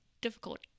difficult